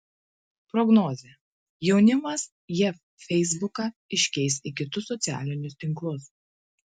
prognozė jaunimas jav feisbuką iškeis į kitus socialinius tinklus